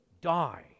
die